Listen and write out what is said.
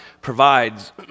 provides